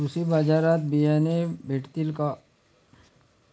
कृषी बाजारात बियाणे भेटतील का?